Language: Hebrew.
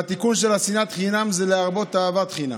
והתיקון של שנאת החינם הוא להרבות אהבת חינם,